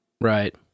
Right